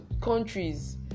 countries